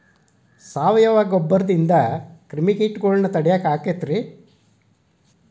ಸಾವಯವ ಗೊಬ್ಬರದಿಂದ ಕ್ರಿಮಿಕೇಟಗೊಳ್ನ ತಡಿಯಾಕ ಆಕ್ಕೆತಿ ರೇ?